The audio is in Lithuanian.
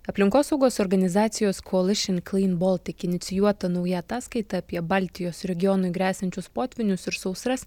aplinkosaugos organizacijos kolyšin klyn boltik inicijuota nauja ataskaita apie baltijos regionui gresiančius potvynius ir sausras